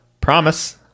Promise